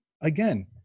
Again